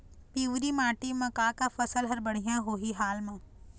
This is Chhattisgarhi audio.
पिवरी माटी म का का फसल हर बढ़िया होही हाल मा?